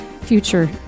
future